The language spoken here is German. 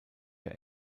der